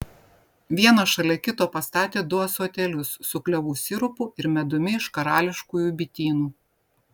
vieną šalia kito pastatė du ąsotėlius su klevų sirupu ir medumi iš karališkųjų bitynų